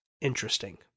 interesting